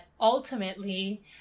ultimately